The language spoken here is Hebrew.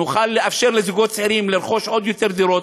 נוכל לאפשר ליותר זוגות צעירים לרכוש דירות,